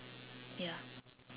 ya